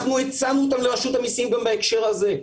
אנחנו הצענו אותם לרשות המיסים גם בהקשר הזה.